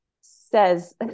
says